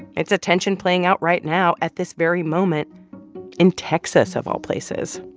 it's a tension playing out right now at this very moment in texas, of all places.